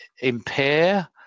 impair